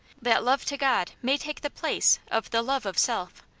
that love to god may take the place of the love of self,